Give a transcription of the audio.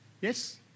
Yes